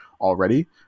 already